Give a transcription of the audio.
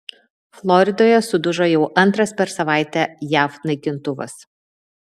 floridoje sudužo jau antras per savaitę jav naikintuvas